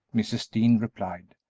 mrs. dean replied.